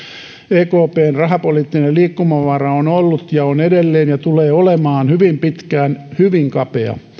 ekpn rahapoliittinen liikkumavara on ollut ja on edelleen ja tulee olemaan hyvin pitkään hyvin kapea